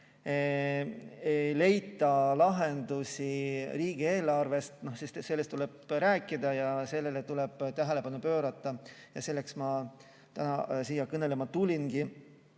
ei leita lahendusi riigieelarvest, siis sellest tuleb rääkida ja sellele tuleb tähelepanu pöörata. Selleks ma täna siia kõnelema tulingi.